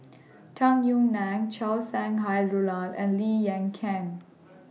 Tung Yue Nang Chow Sau Hai Roland and Lee Yan Ken